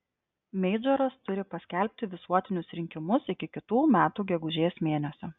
meidžoras turi paskelbti visuotinius rinkimus iki kitų metų gegužės mėnesio